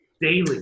daily